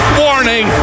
warning